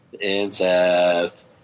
Incest